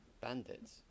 Bandits